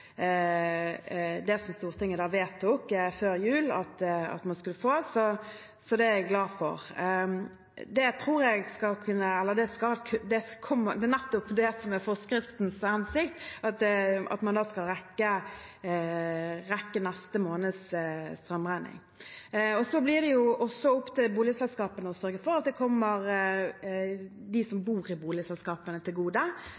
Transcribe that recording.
det som Stortinget vedtok før jul at man skulle få. Så det er jeg glad for. Det er nettopp det som er forskriftens hensikt, at man skal rekke neste måneds strømregning. Så blir det også opp til boligselskapene å sørge for at det kommer dem som bor i boligselskapene, til gode,